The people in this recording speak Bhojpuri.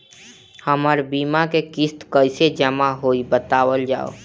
हमर बीमा के किस्त कइसे जमा होई बतावल जाओ?